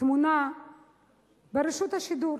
טמון ברשות השידור.